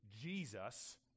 Jesus